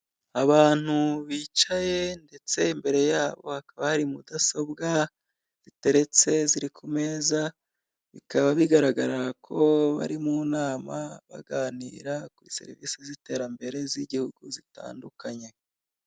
Abantu bicaye, ndetse imbere yabo hakaba hari mudasobwa ziteretse, ziri ku meza, bikaba bigaragara ko bari mu nama, baganira kuri serivise z'iterambere z'igihugu zitandukanye.